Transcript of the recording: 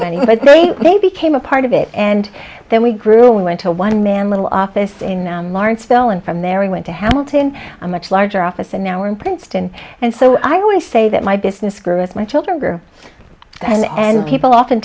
but they became a part of it and then we grew we went to one man little office in lawrenceville and from there we went to hamilton a much larger office and now we're in princeton and so i always say that my business grew as my children grew and people often